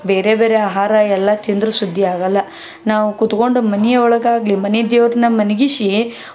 ಬೇರೆ ಬೇರೆ ಆಹಾರ ಎಲ್ಲ ತಿಂದ್ರೂ ಶುದ್ಧಿ ಆಗೋಲ್ಲ ನಾವು ಕೂತ್ಕೊಂಡು ಮನೆನಿ ಒಳಗಾಗಲಿ ಮನೆ ದೇವ್ರನ್ನ ಮಲಗಿಸಿ